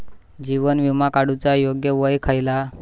जीवन विमा काडूचा योग्य वय खयला?